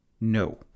No